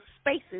spaces